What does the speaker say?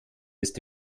ist